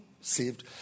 saved